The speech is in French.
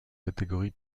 catégorie